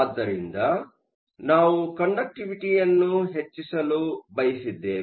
ಆದ್ದರಿಂದ ನಾವು ಕಂಡಕ್ಟಿವಿಟಿಯನ್ನು ಹೆಚ್ಚಿಸಲು ಬಯಸಿದ್ದೇವೆ